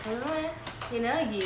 I don't know leh they never give